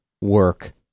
work